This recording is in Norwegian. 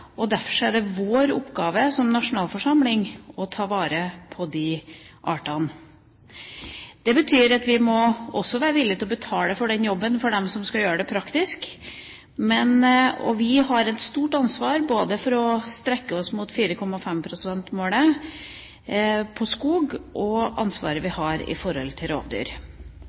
er det vår oppgave som nasjonalforsamling å ta vare på disse artene. Det betyr at vi også må være villig til å betale for jobben for dem som skal gjøre det praktisk. Vi har et stort ansvar både for å strekke oss mot 4,5 pst.-målet på skog og ansvaret vi har